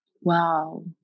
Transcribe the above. Wow